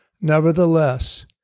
Nevertheless